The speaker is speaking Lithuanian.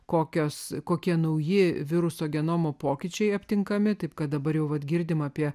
kokios kokie nauji viruso genomo pokyčiai aptinkami taip kad dabar jau vat girdime apie